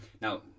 Now